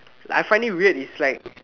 like I find it weird is like